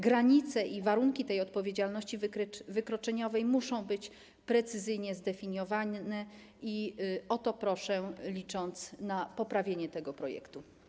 Granice i warunki tej odpowiedzialności wykroczeniowej muszą być precyzyjnie zdefiniowane i o to proszę, licząc na poprawienie tego projektu.